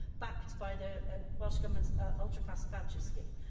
backed by the welsh government's ah ultrafast voucher scheme.